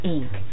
Inc